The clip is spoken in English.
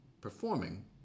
performing